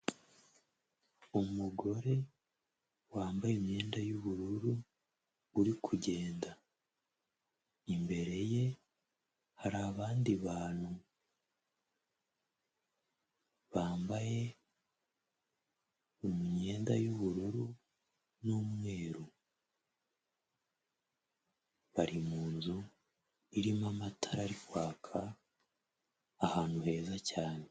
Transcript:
Umugore wambaye imyenda y'ubururu, uri kugenda. Imbere ye, hari abandi bantu, bambaye imyenda y'ubururu n'umweru. Bari mu nzu, irimo amatara ari kwaka ahantu heza cyane.